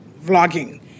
vlogging